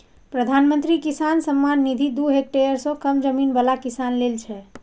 प्रधानमंत्री किसान सम्मान निधि दू हेक्टेयर सं कम जमीन बला किसान लेल छै